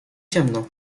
ciemno